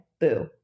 Boo